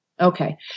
Okay